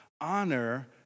honor